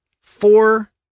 four